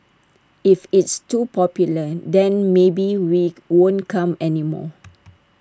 if it's too popular then maybe we won't come anymore